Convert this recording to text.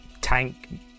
tank